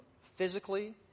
physically